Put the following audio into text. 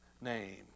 name